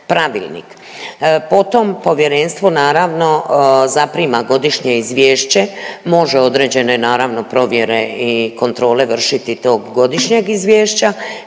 Potom Povjerenstvo naravno zaprima godišnje izvješće, može određene naravno provjere i kontrole vršiti tog godišnjeg izvješća.